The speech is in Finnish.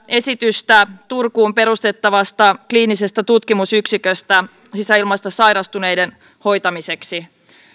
esitystä turkuun perustettavasta kliinisestä tutkimusyksiköstä sisäilmasta sairastuneiden hoitamiseksi